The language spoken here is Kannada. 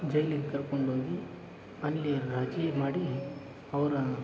ಜೈಲಿಗೆ ಕರ್ಕೊಂಡೋಗಿ ಅಲ್ಲಿ ರಾಜೀ ಮಾಡಿ ಅವರ